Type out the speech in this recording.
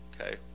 okay